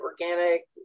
organic